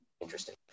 Interesting